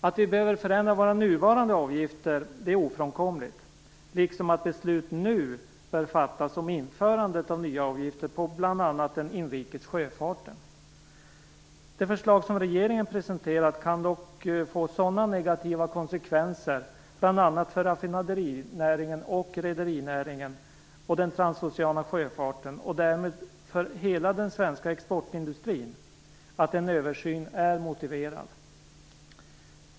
Att vi behöver förändra våra nuvarande avgifter är ofrånkomligt liksom att beslut nu bör fattas om införandet av nya avgifter på bl.a. den inrikes sjöfarten. Det förslag som regeringen presenterat kan dock få sådana negativa konsekvenser, bl.a. för raffinaderinäringen, rederinäringen och den transoceana sjöfarten och därmed för hela den svenska exportindustrin, att en översyn är motiverad.